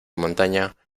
montaña